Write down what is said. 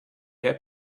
had